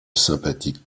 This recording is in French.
sympathique